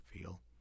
feel